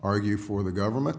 argue for the government